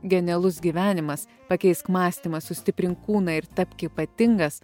genialus gyvenimas pakeisk mąstymą sustiprink kūną ir tapk ypatingas